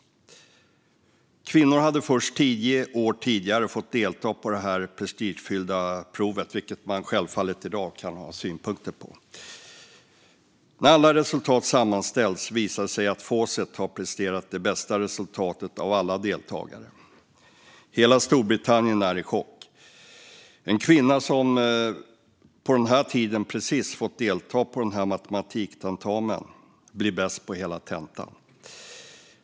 Kvinnor hade först tio år tidigare fått delta i detta prestigefyllda prov, vilket man självfallet kan ha synpunkter på i dag. När alla resultat sammanställts visar det sig att Fawcett har presterat det bästa resultatet av alla deltagare. Hela Storbritannien är i chock. En kvinna, som på denna tid precis fått delta i denna matematiktentamen, blir bäst på hela tentan.